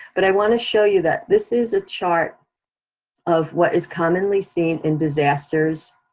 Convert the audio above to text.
but i wanna show you that this is a chart of what is commonly seen in disasters,